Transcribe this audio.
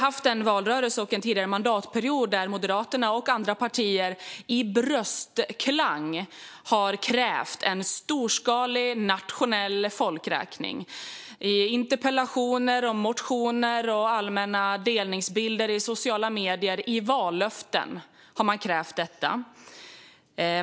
Under valrörelsen och den tidigare mandatperioden krävde Moderaterna och andra partier i bröstklang en storskalig nationell folkräkning. I interpellationer, motioner, i allmänna delningsbilder i sociala medier och i vallöften har man krävt detta.